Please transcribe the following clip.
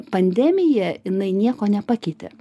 pandemija jinai nieko nepakeitė